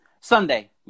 Sunday